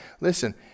Listen